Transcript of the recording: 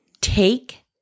take